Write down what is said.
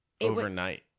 overnight